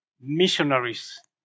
missionaries